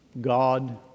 God